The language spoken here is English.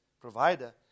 provider